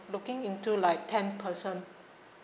looking into like ten person